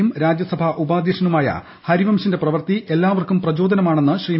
യും രാജ്യസഭാ ഉപാധ്യക്ഷനുമായ ഹരിവൻഷിന്റെ പ്രവർത്തി എല്ലാവർക്കും പ്രചോദനമാണെന്ന് ശ്രീ